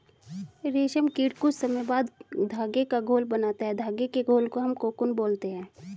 रेशम कीट कुछ समय बाद धागे का घोल बनाता है धागे के घोल को हम कोकून बोलते हैं